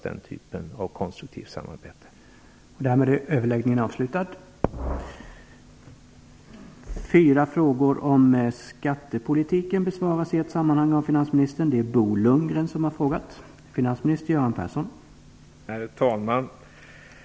Den typen av konstruktivt samarbete kommer att behövas.